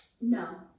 No